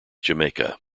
jamaica